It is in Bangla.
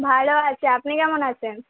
ভালো আছি আপনি কেমন আছেন